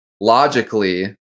logically